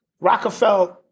Rockefeller